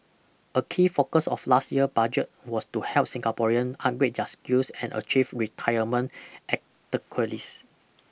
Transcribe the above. a key focus of last year budget was to help Singaporean upgrade their skills and achieve retirement